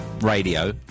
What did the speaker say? radio